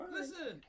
Listen